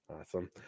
Awesome